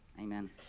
Amen